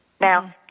Now